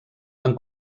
van